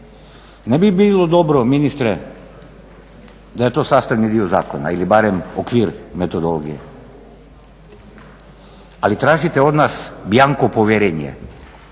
Ne bi bilo dobro ministre da je to sastavni dio zakona ili barem okvir metodologije. Ali tražite od nas bjanko povjerenje.